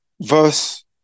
verse